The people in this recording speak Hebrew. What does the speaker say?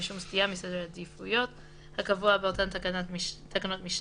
משום סטייה מסדר העדיפות הקבוע באותן תקנות משנה,